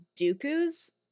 Dooku's